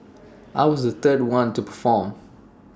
I was the third one to perform